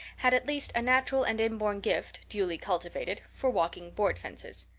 had at least a natural and inborn gift, duly cultivated, for walking board fences.